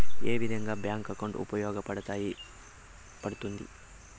ఏ విధంగా bank account ఉపయోగపడతాయి పడ్తుంది